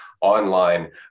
online